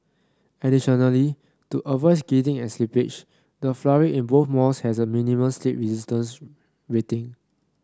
additionally to avoid skidding and slippage the flooring in both malls has a minimum slip resistance rating